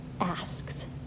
asks